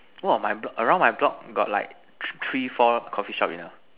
one of my block around my block got like three four Coffee shop you know